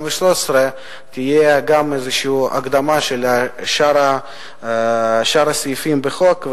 תהיה גם איזושהי הקדמה של שאר הסעיפים בחוק,